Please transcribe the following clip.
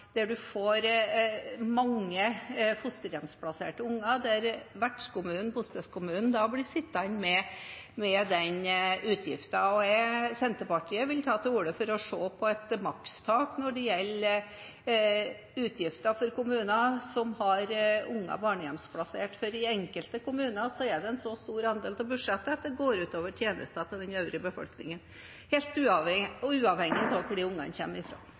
der en får mange fosterhjemsplasserte unger, og der vertskommunen, bostedskommunen, da blir sittende med den utgiften. Senterpartiet vil ta til orde for å se på et makstak når det gjelder utgifter for kommuner som har unger barnehjemsplassert, for i enkelte kommuner er det en så stor andel av budsjettet at det går ut over tjenester til den øvrige befolkningen, helt uavhengig av hvor ungene